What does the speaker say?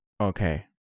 Okay